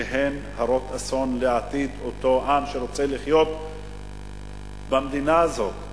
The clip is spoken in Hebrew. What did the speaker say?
שהן הרות אסון לעתיד של אותו עם שרוצה לחיות במדינה הזאת.